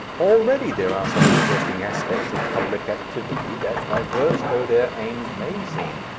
already there are some interesting aspects of public activity that, diverse though their aims may seem,